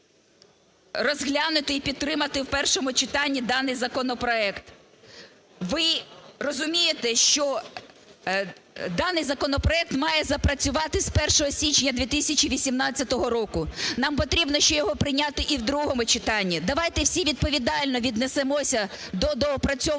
розглянути і підтримати в першому читанні даний законопроект. Ви розумієте, що даний законопроект має запрацювати з 1 січня 2018 року. Нам потрібно ще його прийняти і в другому читанні. Давайте всі відповідально віднесемося до доопрацьованого